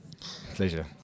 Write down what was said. Pleasure